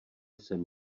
sem